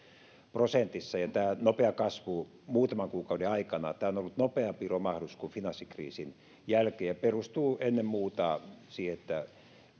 prosentissa tämä nopea kasvu muutaman kuukauden aikana on ollut nopeampi romahdus kuin finanssikriisin jälkeen ja perustuu ennen muuta siihen että